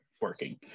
working